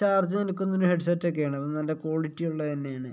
charge നില്ക്കുന്ന ഒരു ഹെഡ്സെറ്റൊക്കെയാണ് അത് നല്ല ക്വാളിറ്റിയുള്ളത് തന്നെയാണ്